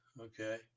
Okay